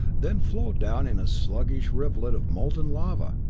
then flow down in a sluggish rivulet of molten lava!